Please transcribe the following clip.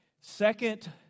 second